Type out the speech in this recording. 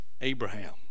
Abraham